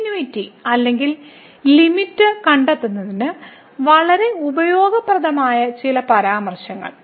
continuity അല്ലെങ്കിൽ limit കണ്ടെത്തുന്നതിന് വളരെ ഉപയോഗപ്രദമായ ചില പരാമർശങ്ങൾ